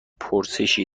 پرسشی